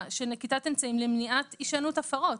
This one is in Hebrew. של נקיטת אמצעים למניעת הישנות הפרות.